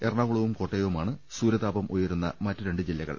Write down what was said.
എറണാകുളവും കോട്ടയവുമാണ് സൂര്യതാപം ഉയരുന്ന മറ്റ് രണ്ട് ജില്ലകൾ